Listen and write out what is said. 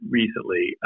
recently